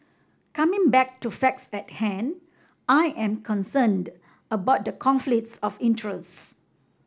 coming back to facts at hand I am concerned about the conflicts of interest